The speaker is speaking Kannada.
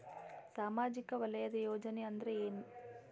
ಸಾಮಾಜಿಕ ವಲಯದ ಯೋಜನೆ ಅಂದ್ರ ಏನ?